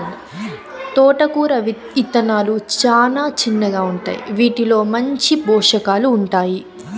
తోటకూర ఇత్తనాలు చానా చిన్నగా ఉంటాయి, వీటిలో మంచి పోషకాలు ఉంటాయి